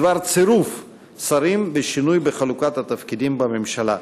בדבר צירוף שרים ושינוי בחלוקת התפקידים בממשלה.